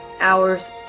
hours